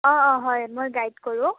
অঁ অঁ হয় মই গাইড কৰোঁ